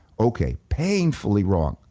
okay, painfully wrong.